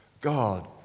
God